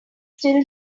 still